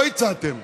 לא הצעתם.